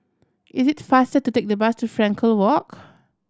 it is faster to take the bus to Frankel Walk